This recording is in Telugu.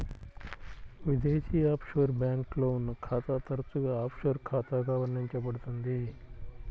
విదేశీ ఆఫ్షోర్ బ్యాంక్లో ఉన్న ఖాతా తరచుగా ఆఫ్షోర్ ఖాతాగా వర్ణించబడుతుంది